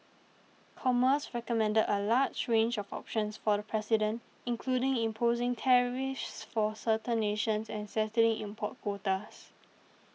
commerce recommended a large range of options for the president including imposing tariffs for certain nations and setting import quotas